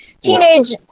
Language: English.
teenage